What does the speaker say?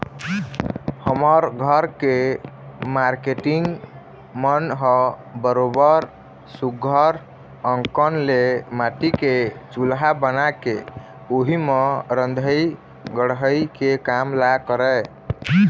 हमर घर के मारकेटिंग मन ह बरोबर सुग्घर अंकन ले माटी के चूल्हा बना के उही म रंधई गड़हई के काम ल करय